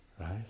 Right